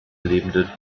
lebende